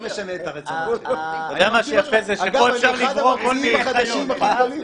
אז אני אחד הממציאים החדשים.